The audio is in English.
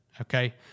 Okay